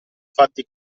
fatti